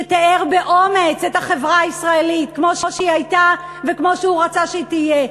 שתיאר באומץ את החברה הישראלית כמו שהיא הייתה וכמו שהוא רצה שהיא תהיה.